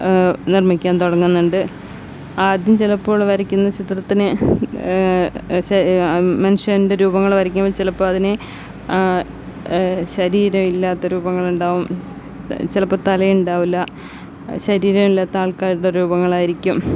നിർമ്മിക്കാൻ തുടങ്ങുന്നുണ്ട് ആദ്യം ചിലപ്പോൾ വരയ്ക്കുന്ന ചിത്രത്തിന് ചെ മനുഷ്യൻ്റെ രൂപങ്ങൾ വരയ്ക്കുമ്പോൾ ചിലപ്പോൾ അതിനു ശരീരം ഇല്ലാത്ത രൂപങ്ങളുണ്ടാകും ചിലപ്പം തല ഉണ്ടാകില്ല ശരീരം ഇല്ലാത്ത ആൾക്കാരുടെ രൂപങ്ങളായിരിക്കും